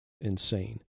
insane